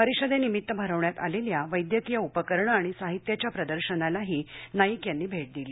परिषदेनिमित्त भरविण्यात आलेल्या वैद्यकीय उपकरणे आणि साहित्याच्या प्रदर्शनासही नाईक यांनी भेट दिली